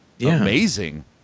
amazing